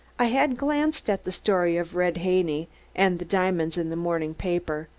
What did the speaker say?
i had glanced at the story of red haney and the diamonds in the morning papers,